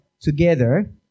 together